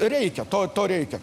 reikia to to reikia